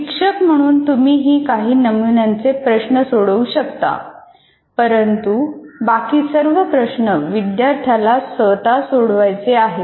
शिक्षक म्हणून तुम्ही ही काही नमुन्याचे प्रश्न सोडवू शकता परंतु बाकी सर्व प्रश्न विद्यार्थ्याला स्वतः सोडवायचे आहेत